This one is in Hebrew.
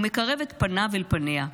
ומקרב את פניו אל פניה.